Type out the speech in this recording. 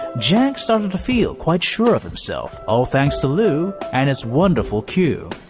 jack started to feel quite sure of himself, all thanks to lou and his wonderful queue.